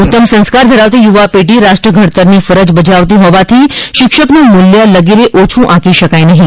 ઉત્તમ સંસ્કાર ધરાવતી યુવાપેઢી રાષ્ટ્ર ઘડતરની ફરજ બજાવતી હોવાથી શિક્ષકનું મૂલ્ય લગીરે ઓછુ આંકી શકાય નહિ